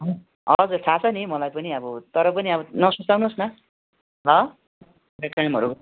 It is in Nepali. हजुर थाहा छ नि मलाई पनि अब तर पनि अब नसुर्ताउनु होस् न ल नेक्स्ट टाइम अरू